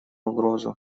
угрозу